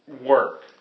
work